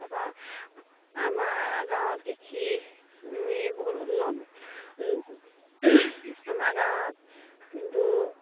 তাপা আমাৰ গাঁৱত কৃষি বহুত উন্নত আমাৰ গাঁৱত কিন্তু